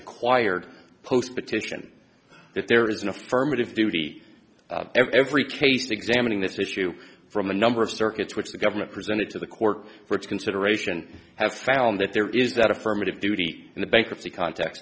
acquired post petition that there is an affirmative duty every case examining this issue from a number of circuits which the government presented to the court for its consideration have found that there is that affirmative duty in the bankruptcy cont